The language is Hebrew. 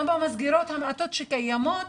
גם במסגרות המעטות שקיימות,